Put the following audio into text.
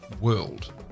World